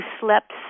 slept